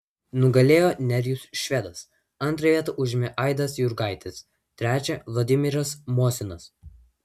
nugalėjo nerijus švedas antrą vietą užėmė aidas jurgaitis trečią vladimiras mosinas